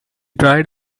tried